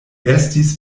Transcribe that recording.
estis